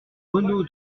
renault